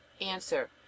Answer